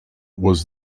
was